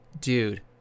dude